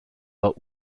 war